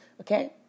Okay